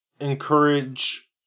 encourage